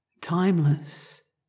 timeless